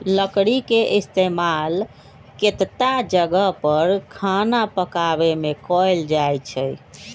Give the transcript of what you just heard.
लकरी के इस्तेमाल केतता जगह पर खाना पकावे मे कएल जाई छई